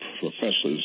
professors